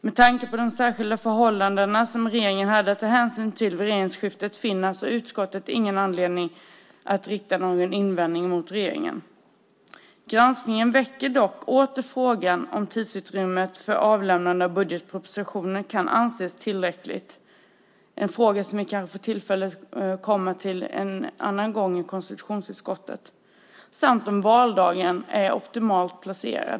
Med tanke på de särskilda förhållanden som regeringen hade att ta hänsyn till vid regeringsskiftet finner utskottet alltså ingen anledning att rikta någon invändning mot regeringen. Granskningen väcker dock åter frågan om tidsutrymmet för avlämnande av budgetpropositionen kan anses tillräckligt - en fråga som vi kanske får tillfälle att återkomma till en annan gång i konstitutionsutskottet - samt om valdagen är optimalt placerad.